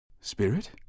Spirit